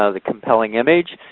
ah the compelling image.